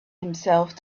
himself